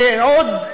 ועוד,